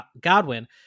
Godwin